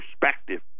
perspective